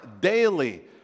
daily